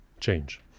change